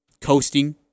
coasting